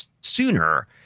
sooner